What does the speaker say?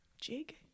Jig